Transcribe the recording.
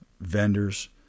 vendors